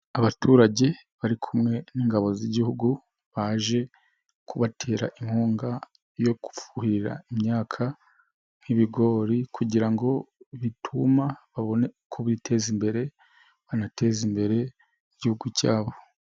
Abaturage bari kumwe n'ingabo z'igihugu baje kubatera inkunga yo gufuhira imyaka nk'ibigori kugira ngo bituma babone uko biteza imbere banateze imbere igihugu cyabo.